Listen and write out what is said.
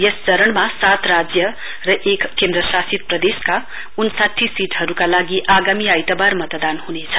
यस चरणमा सात राज्य र एक केन्द्रशासित प्रदेशका उन्साठी सीटहरुका लागि आगामी आइतवार मतदान हुनेछ